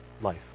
life